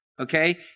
Okay